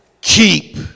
keep